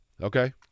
Okay